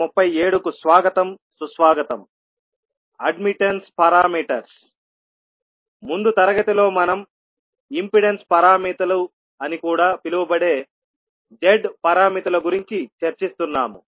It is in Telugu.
ముందఱి తరగతిలో మనం ఇంపెడెన్స్ పారామితులు అని కూడా పిలువబడే Z పారామితుల గురించి చర్చిస్తున్నాము